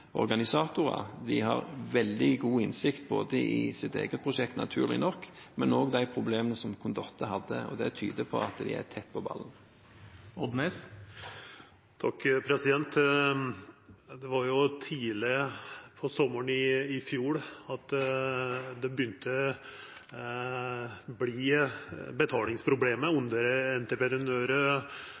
organisatorer. De har veldig god innsikt i både sitt eget prosjekt – naturlig nok – men også i de problemene som Condotte hadde. Det tyder på at de er tett på ballen. Det var tidleg på sommaren i fjor at det begynte å